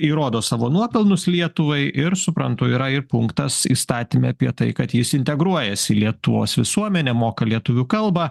įrodo savo nuopelnus lietuvai ir suprantu yra ir punktas įstatyme apie tai kad jis integruojasi į lietuvos visuomenę moka lietuvių kalbą